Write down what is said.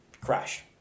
crash